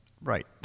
right